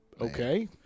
Okay